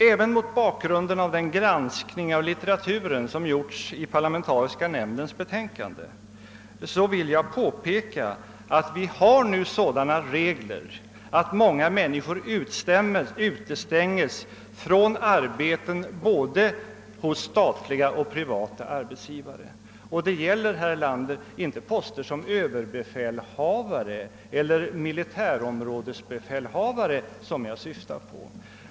Även mot bakgrunden av den granskning av litteraturen som gjorts i parlamentariska nämndens betänkande vill jag påpeka att vi nu har sådana regler, att många människor utestänges från arbeten både hos statliga och hos privata arbetsgivare. Och det är, herr Erlander, inte poster som överbefälhavare eller militärområdesbefälhavare jag syftar på.